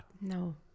No